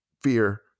fear